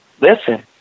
listen